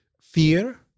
fear